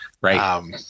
right